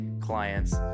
clients